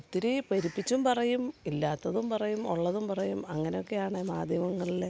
ഒത്തിരി പെരുപ്പിച്ചും പറയും ഇല്ലാത്തതും പറയും ഉള്ളതും പറയും അങ്ങനൊക്കെയാണ് മാധ്യമങ്ങളിൽ